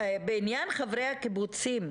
בעניין חברי הקיבוצים.